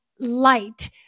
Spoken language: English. light